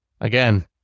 again